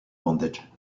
bondage